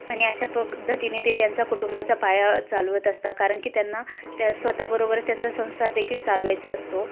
आणि अशा पद्धतीने ते त्यांचा कुटुंबाचा पाया चालवत असतात कारण की त्यांना त्या स्वतःबरोबर त्यांचा संसार देखील चालवायचा असतो